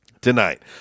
tonight